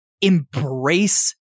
embrace